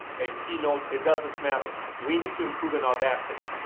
a keynote, it doesn't matter. we need to improve in audacity.